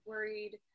worried